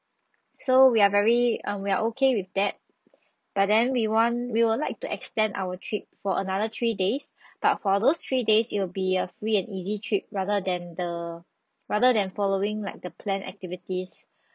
so we are very um we are okay with that but then we want we would like to extend our trip for another three days but for those three days it will be a free and easy trip rather than the rather than following like the planned activities